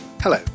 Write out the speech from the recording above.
Hello